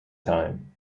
time